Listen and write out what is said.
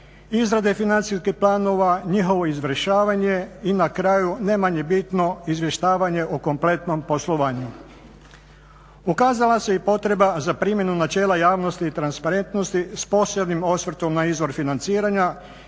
izrade financijskih planova, njihovo izvršavanje i na kraju ne manje bitno, izvještavanje o kompletnom poslovanju. Ukazala se i potreba za primjenu načela javnosti i transparentnosti s posebnim osvrtom na izvor financiranja